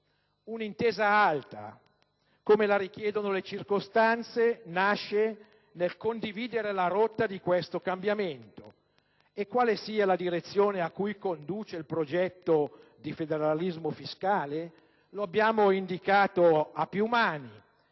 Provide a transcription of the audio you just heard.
un'intesa alta, come la richiedono le circostanze, nasce nel condividere la rotta di questo cambiamento. E quale sia la direzione a cui conduce il progetto di federalismo fiscale lo abbiamo indicato a più mani: